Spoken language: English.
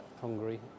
Hungary